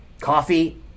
Coffee